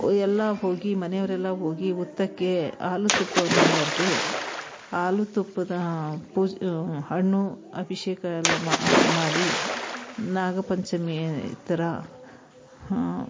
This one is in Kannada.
ಎಲ್ಲ ಹೋಗಿ ಮನೆಯವರೆಲ್ಲ ಹೋಗಿ ಹುತ್ತಕ್ಕೆ ಹಾಲು ತುಪ್ಪವನ್ನು ಎರೆದು ಹಾಲು ತುಪ್ಪದ ಪೂಜೆ ಹಣ್ಣು ಅಭಿಷೇಕ ಎಲ್ಲ ಮಾಡಿ ನಾಗ ಪಂಚಮಿ ಥರ